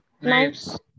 knives